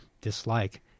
dislike